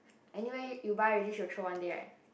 anyway you buy already she will throw one day right